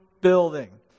building